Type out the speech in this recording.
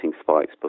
spikes